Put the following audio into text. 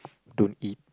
don't eat